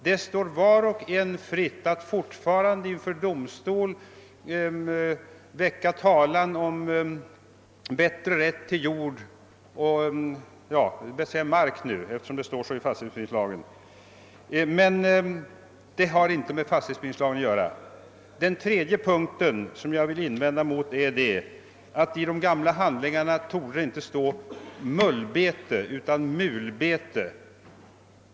Det står fortfarande var och en fritt att inför domstol väcka talan om bättre rätt till mark — som det nu heter i fastighetsbildningslagen — men detta har inte med fastighetsbildningslagen att göra. Den tredje punkt som jag vill invända mot är följande. I de gamla handlingarna torde det inte stå >mullbete» utan »mulbete».